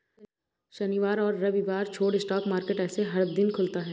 शनिवार और रविवार छोड़ स्टॉक मार्केट ऐसे हर दिन खुलता है